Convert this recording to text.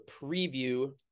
preview